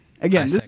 Again